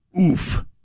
Oof